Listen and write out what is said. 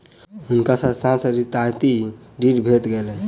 हुनका संस्थान सॅ रियायती ऋण भेट गेलैन